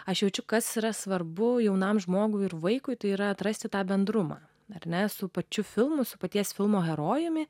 aš jaučiu kas yra svarbu jaunam žmogui ir vaikui tai yra atrasti tą bendrumą ar ne su pačiu filmu su paties filmo herojumi